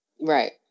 Right